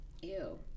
Ew